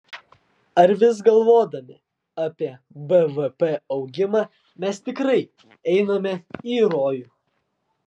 ar vis galvodami apie bvp augimą mes tikrai einame į rojų